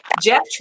Jeff